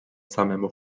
samemu